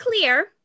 clear